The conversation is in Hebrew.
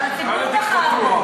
אבל הציבור בחר בו.